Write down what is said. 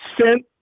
sent